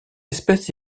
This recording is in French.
espèce